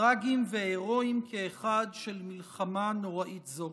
טרגיים והירואיים כאחד, של מלחמה נוראית זו.